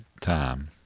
time